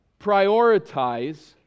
prioritize